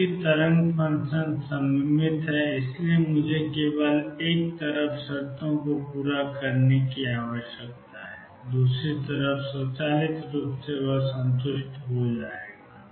चूंकि तरंग function symmetric है इसलिए मुझे केवल एक तरफ शर्तों को पूरा करने की आवश्यकता है दूसरी तरफ स्वचालित रूप से संतुष्ट हो जाएगा